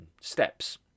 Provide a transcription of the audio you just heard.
steps